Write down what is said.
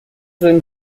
then